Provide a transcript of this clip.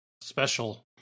special